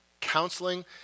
Counseling